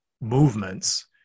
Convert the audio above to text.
movements